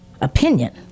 opinion